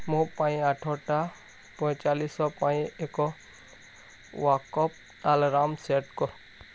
ମୋ ପାଇଁ ଆଠଟା ପଇଁଚାଳିଶି ପାଇଁ ଏକ ୱେକଅପ୍ ଆଲାର୍ମ ସେଟ୍ କର